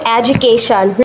education